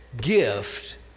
gift